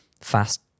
fast